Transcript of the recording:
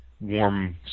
warm